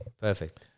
Perfect